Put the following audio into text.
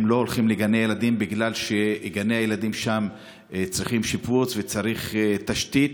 הם לא הולכים לגני ילדים בגלל שגני הילדים שם צריכים שיפוץ וצריך תשתית.